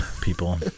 people